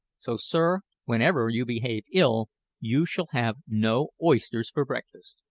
so, sir, whenever you behave ill you shall have no oysters for breakfast.